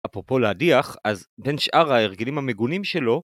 אפרופו להדיח, אז בין שאר ההרגלים המגונים שלו...